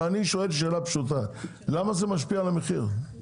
אבל אני שואל שאלה פשוטה, למה זה משפיע על המחיר?